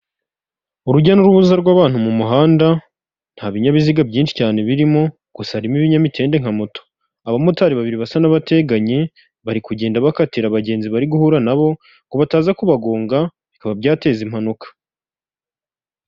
Urujya n'uruza rw'abantu mu muhanda, nta binyabiziga byinshi cyane birimo, gusa harimo ibinyamitende nka moto. Abamotari babiri basa n'abateganye, bari kugenda bakatira abagenzi bari guhura na bo, ngo bataza kubagonga bikaba byateza impanuka.